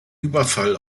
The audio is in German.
überfall